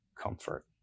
comfort